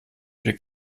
viel